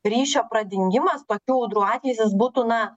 ryšio pradingimas tokių audrų atveju jis būtų na